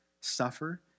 suffer